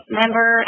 member